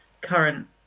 current